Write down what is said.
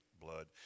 blood